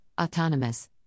Autonomous